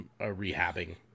rehabbing